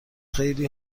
خیلی